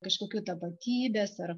kažkokių tapatybės ar